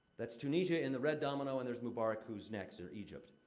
that's tunisia in the red domino, and there's mubarak whose next or egypt.